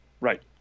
right